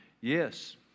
yes